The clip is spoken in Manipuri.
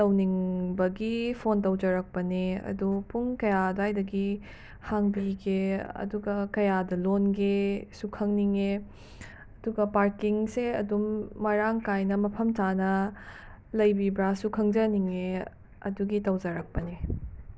ꯇꯧꯅꯤꯡꯕꯒꯤ ꯐꯣꯟ ꯇꯧꯖꯔꯛꯄꯅꯦ ꯑꯗꯣ ꯄꯨꯡ ꯀꯌꯥ ꯑꯗꯨꯋꯥꯏꯗꯒꯤ ꯍꯥꯡꯕꯤꯒꯦ ꯑꯗꯨꯒ ꯀꯌꯥꯗ ꯂꯣꯟꯒꯦꯁꯨ ꯈꯪꯅꯤꯡꯉꯦ ꯑꯗꯨꯒ ꯄꯥꯔꯀꯤꯡꯁꯦ ꯑꯗꯨꯝ ꯃꯔꯥꯡ ꯀꯥꯏꯅ ꯃꯐꯝ ꯆꯥꯅ ꯂꯩꯕꯤꯕ꯭ꯔꯥꯁꯨ ꯈꯪꯖꯅꯤꯡꯉꯦ ꯑꯗꯨꯒꯤ ꯇꯧꯖꯔꯛꯄꯅꯦ